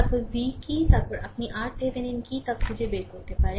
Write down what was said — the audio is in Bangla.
তারপরে V কি এবং তারপরে আপনি RThevenin কী তা খুঁজে বের করতে পারেন